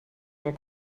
nur